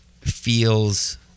feels